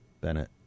Bennett